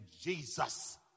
Jesus